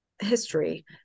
history